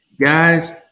Guys